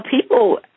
People